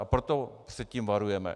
Proto před tím varujeme.